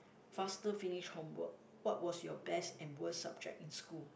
faster finish homework what was your best and worst subject in school